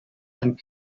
and